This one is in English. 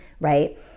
right